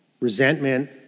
resentment